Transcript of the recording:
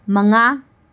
ꯃꯉꯥ